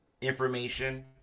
information